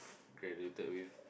graduated with